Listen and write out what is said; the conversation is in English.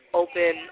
open